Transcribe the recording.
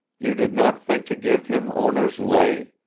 you did not think to give him owner's lay?